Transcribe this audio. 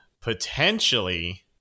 potentially